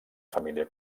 família